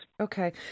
Okay